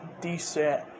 decent